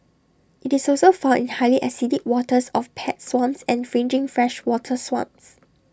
IT is also found in highly acidic waters of peat swamps and fringing freshwater swamps